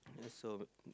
so